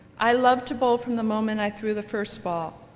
i love to bowl from the moment i threw the first ball.